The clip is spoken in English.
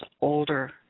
older